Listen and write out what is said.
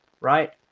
right